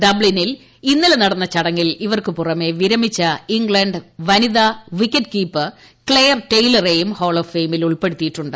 ഡബ്ലിനിൽ ഇന്നല്ലിറ്റ്സിട്ന്ന ചടങ്ങിൽ ഇവർക്കു പുറമെ വിരമിച്ച ഇംഗ്ലണ്ട് വനിതൃക്പിക്കറ്റ് കീപ്പർ ക്ലെയർ ടെയ്ല റെയും ഹാൾ ഓഫ് ഫെയിമിൽ ഉൾപ്പെടുത്തിയിട്ടുണ്ട്